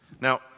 Now